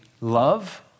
love